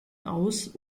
aus